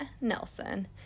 Nelson